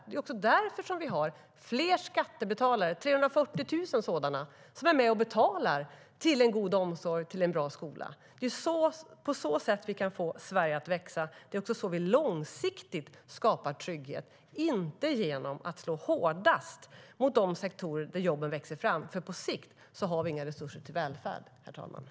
Vi har 340 000 fler skattebetalare som är med och betalar till en god omsorg och till en bra skola.